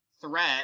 threat